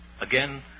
Again